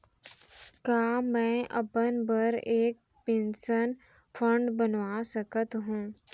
का मैं अपन बर एक पेंशन फण्ड बनवा सकत हो?